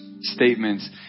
statements